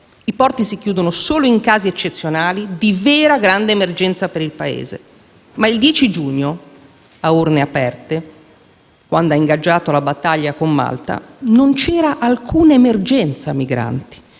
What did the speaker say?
I porti si chiudono solo in casi eccezionali, di vera grande emergenza per il Paese. Lo scorso 10 giugno, a urne aperte, quando lei, ministro Salvini, ha ingaggiato la battaglia con Malta, non c'era alcuna emergenza migranti.